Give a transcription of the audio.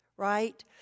Right